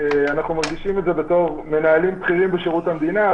אנחנו מרגישים את זה בתור מנהלים בכירים בשירות המדינה.